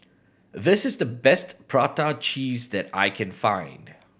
this is the best prata cheese that I can find